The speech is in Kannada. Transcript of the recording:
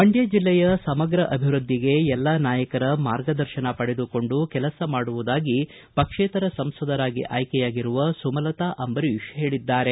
ಮಂಡ್ಯ ಜಿಲ್ಲೆಯ ಸಮಗ್ರ ಅಭಿವೃದ್ಧಿಗೆ ಎಲ್ಲಾ ನಾಯಕರ ಮಾರ್ಗದರ್ಶನ ಪಡೆದುಕೊಂಡು ಕೆಲಸ ಮಾಡುವುದಾಗಿ ಪಕ್ಷೇತರ ಸಂಸದರಾಗಿ ಆಯ್ಕೆಯಾಗಿರುವ ಸುಮಲತಾ ಅಂಬರೀತ್ ಹೇಳಿದ್ದಾರೆ